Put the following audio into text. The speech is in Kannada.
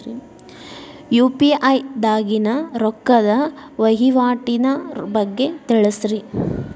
ಯು.ಪಿ.ಐ ದಾಗಿನ ರೊಕ್ಕದ ವಹಿವಾಟಿನ ಬಗ್ಗೆ ತಿಳಸ್ರಿ